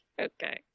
okay